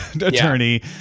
attorney